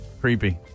creepy